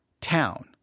town